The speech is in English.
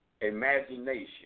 imagination